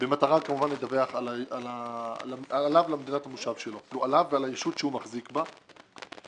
במטרה לדווח עליו ועל הישות שהוא מחזיק בה למדינת המושב שלו.